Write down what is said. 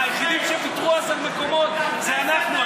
היחידים שוויתרו אז על מקומות זה אנחנו,